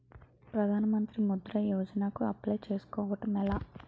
ప్రధాన మంత్రి ముద్రా యోజన కు అప్లయ్ చేసుకోవటం ఎలా?